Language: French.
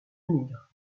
migre